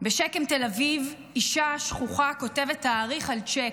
בשק"ם תל אביב אישה שחוחה כותבת / תאריך על צ'ק,